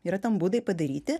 yra tam būdai padaryti